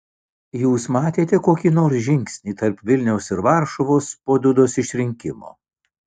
jūs matėte kokį nors žingsnį tarp vilniaus ir varšuvos po dudos išrinkimo